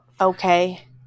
Okay